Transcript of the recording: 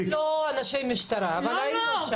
--- אנחנו לא אנשי משטרה אבל היינו שם,